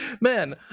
man